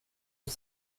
att